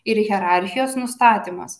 ir hierarchijos nustatymas